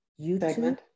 YouTube